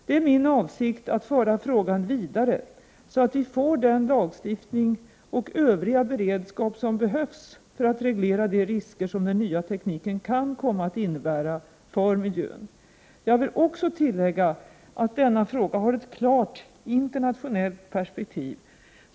Det är min avsikt att föra frågan vidare, så att vi får den lagstiftning och övriga beredskap som behövs för att reglera de risker som den nya tekniken kan komma att innebära för miljön. Jag vill också tillägga att denna fråga har ett klart internationellt perspektiv.